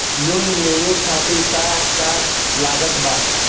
Loan लेवे खातिर का का लागत ब?